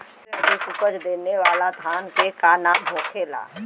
सबसे अधिक उपज देवे वाला धान के का नाम होखे ला?